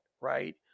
Right